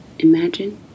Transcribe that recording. Imagine